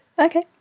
Okay